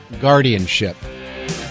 guardianship